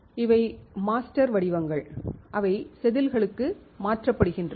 எனவே இவை மாஸ்டர் வடிவங்கள் அவை செதில்களுக்கு மாற்றப்படுகின்றன